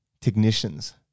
technicians